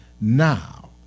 now